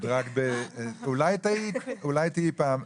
אולי תהיי פעם.